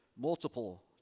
multiple